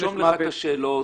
תרשום לעצמך את השאלות.